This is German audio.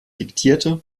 diktierte